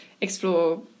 explore